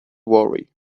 worry